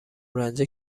رنجه